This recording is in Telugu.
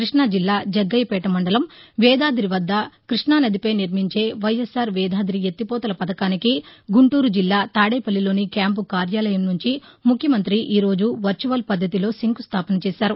కృష్ణా జిల్లా జగ్గయ్యపేట మండలం వేదాది వద్ద కృష్ణానదిపై నిర్మించే వైఎస్ఆర్ వేదాది ఎత్తిపోతల పథకానికి గుంటూరు జిల్లా తాదేపల్లిలోని క్యాంపు కార్యాలయం నుంచి ముఖ్యమంత్రి ఈరోజు వర్చువల్ పద్దతిలో శంకుస్టాపన చేశారు